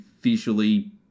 visually